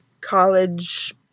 college